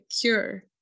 cure